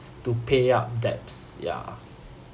to pay up debts ya